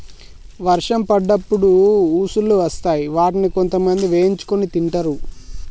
వర్షం పడ్డప్పుడు ఉసుల్లు వస్తాయ్ వాటిని కొంతమంది వేయించుకొని తింటరు